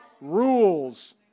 Rules